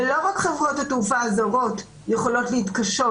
ולא רק חברות התעופה הזרות יכולות להתקשות